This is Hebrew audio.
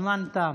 הזמן תם.